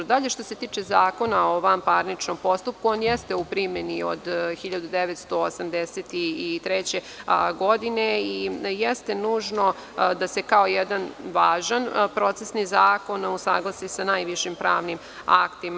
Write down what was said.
Dalje, što se tiče Zakona o vanparničnom postupku, on jeste u primeni od 1983. godine i jeste nužno da se kao jedan važan procesni zakon usaglasi sa najvišim pravnim aktima.